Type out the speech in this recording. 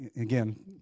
again